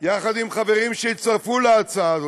יחד עם חברים שהצטרפו להצעה הזאת,